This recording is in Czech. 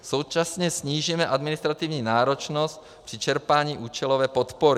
Současně snížíme administrativní náročnost při čerpání účelové podpory.